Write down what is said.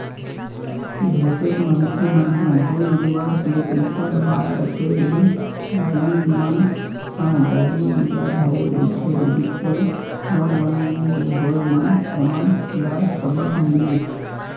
जतेक मनखे मन ह दू नंबर के पइसा दबाए रखे रहिस जेन मन ह जाली मुद्रा धरे बइठे रिहिस हे नोटबंदी के होय म ओमन ल सबक मिलिस